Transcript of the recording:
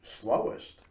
Slowest